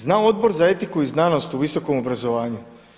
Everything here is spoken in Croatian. Zna Odbor za etiku i znanost u visokom obrazovanju.